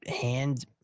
hand